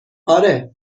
آره